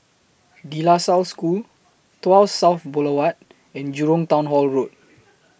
De La Salle School Tuas South Boulevard and Jurong Town Hall Road